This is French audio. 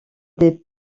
des